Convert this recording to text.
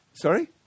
Sorry